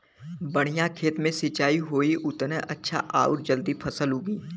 बढ़िया खेत मे सिंचाई होई उतने अच्छा आउर जल्दी फसल उगी